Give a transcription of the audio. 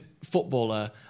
footballer